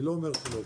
אני לא אומר שלא.